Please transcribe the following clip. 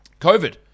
COVID